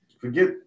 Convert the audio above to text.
Forget